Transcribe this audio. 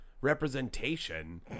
representation